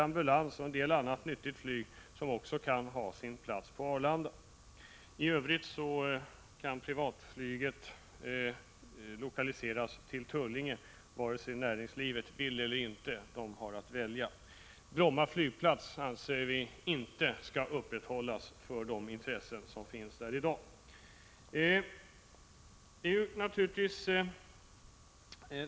Ambulansflyg och en del annat nyttigt flyg kan också ha sin plats på Arlanda. I övrigt kan privatflyget lokaliseras till Tullinge, vare sig näringslivet vill eller inte. Vi anser att man inte skall upprätthålla Bromma flygplats för de intressen som finns där i dag.